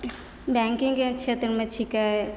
बैंकिंगके क्षेत्रमे छिकै